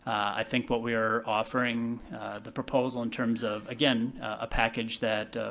i think what we are offering the proposal in terms of, again, a package that,